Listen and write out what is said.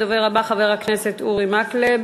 הדובר הבא, חבר הכנסת אורי מקלב.